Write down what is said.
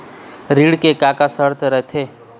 ऋण के का का शर्त रथे?